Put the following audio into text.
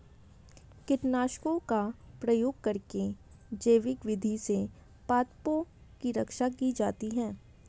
कीटनाशकों का प्रयोग करके जैविक विधि से पादपों की रक्षा की जाती है